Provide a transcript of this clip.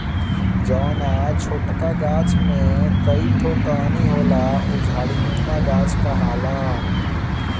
जौना छोटका गाछ में कई ठो टहनी होला उ झाड़ीनुमा गाछ कहाला